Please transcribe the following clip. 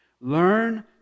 Learn